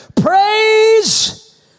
Praise